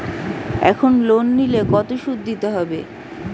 এখন লোন নিলে কত সুদ দিতে হয়?